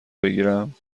بگیرم